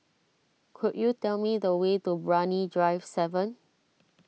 could you tell me the way to Brani Drive seven